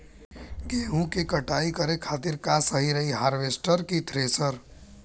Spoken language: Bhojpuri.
गेहूँ के कटाई करे खातिर का सही रही हार्वेस्टर की थ्रेशर?